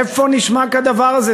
איפה נשמע כדבר הזה,